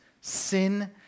sin